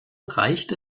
reicht